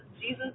Jesus